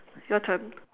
your turn